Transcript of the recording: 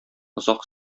озак